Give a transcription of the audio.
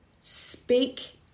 speak